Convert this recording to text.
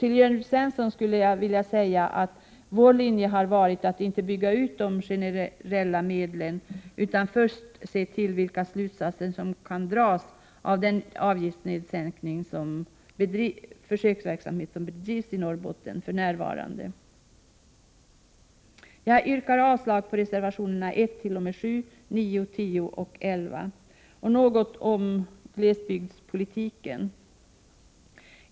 Till Jörn Svensson skulle jag vilja säga att vår linje har varit att inte bygga ut de generella medlen, utan först se vilka slutsatser som kan dras av den försöksverksamhet som nu bedrivs i Norrbotten. Jag yrkar avslag på reservationerna 1-7 samt 9, 10 och 11. Sedan något om glesbygdspolitiken.